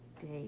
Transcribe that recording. date